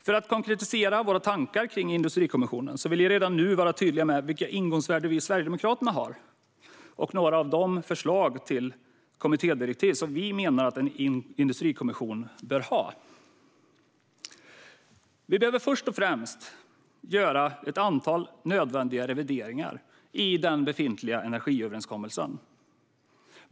För att konkretisera våra tankar kring en industrikommission vill jag redan nu vara tydlig med vilka ingångsvärden vi i Sverigedemokraterna har och några förslag på de kommittédirektiv som vi menar att industrikommissionen bör ha. Vi behöver först och främst göra ett antal nödvändiga revideringar i den befintliga energiöverenskommelsen.